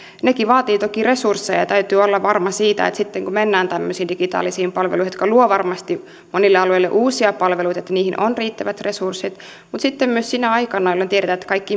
nekin vaativat toki resursseja ja täytyy olla varma siitä että sitten kun mennään tämmöisiin digitaalisiin palveluihin jotka luovat varmasti monille alueille uusia palveluita niihin on riittävät resurssit mutta sitten myös sinä aikana jolloin tiedetään että kaikki